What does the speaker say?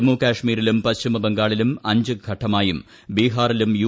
ജ്മു ക്കശ്മീരിലും പശ്ചിമ ബംഗാളിലും അഞ്ച് ഘട്ടമായും ബ്രീഹാറിലും യു